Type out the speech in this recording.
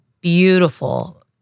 beautiful